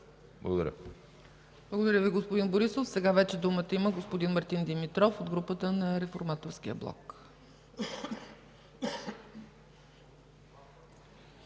ЦАЧЕВА:Благодаря Ви, господин Борисов. Сега вече думата има господин Мартин Димитров от групата на Реформаторския блок.